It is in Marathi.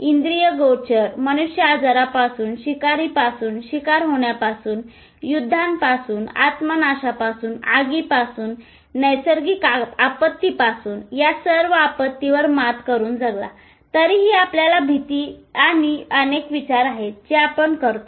इंद्रियगोचर मनुष्य आजारपणापासून शिकारीपासून शिकार होण्यापासून युद्धांपासून आत्मनाशापासून आगीपासून नैसर्गिक आपत्तीपासून या सर्व आपत्तीवर मत करून जगाला आहे तरीही आपल्यात त्या भीती आणि अनेक विचार आहेत जे आपण करतो